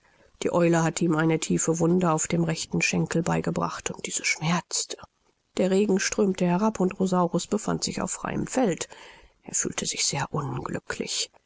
die eule hatte ihm eine tiefe wunde auf dem rechten schenkel beigebracht und diese schmerzte der regen strömte herab und rosaurus befand sich auf freiem feld er fühlte sich sehr unglücklich